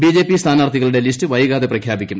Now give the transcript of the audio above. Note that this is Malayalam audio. ബി ജെ പി സ്ഥാനാർത്ഥികളുടെ ലിസ്റ് വൈകാതെ പ്രഖ്യാപിക്കും